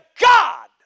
God